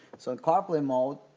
so, in carplay mode,